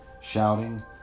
shouting